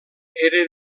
era